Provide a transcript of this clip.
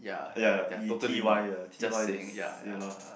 ya ya e_t_y uh t_y is ya loh